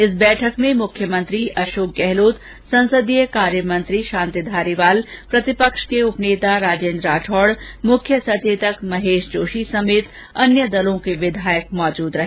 इस बैठक में मुख्यमंत्री अषोक गहलोत संसदीय कार्यमंत्री शांति धारीवाल प्रतिपक्ष के उपनेता राजेंद्र राठौड़ मुख्य सचेतक महेश जोशी समेत अन्य दलों के विधायक मौजूद रहे